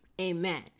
Amen